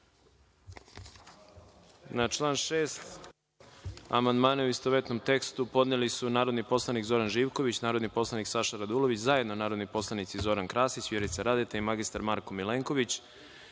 Na član 6. amandmane, u istovetnom tekstu, podneli su narodni poslanici Zoran Živković, narodni poslanik Saša Radulović, zajedno narodni poslanici Zoran Krasić, Vjerica Radeta i mr. Marko Milenković,